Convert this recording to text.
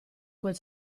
quel